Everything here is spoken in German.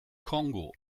kongo